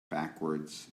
backwards